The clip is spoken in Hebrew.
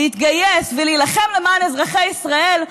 להתגייס ולהילחם למען אזרחי ישראל,